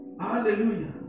Hallelujah